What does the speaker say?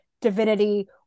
divinity